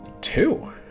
Two